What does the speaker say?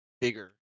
bigger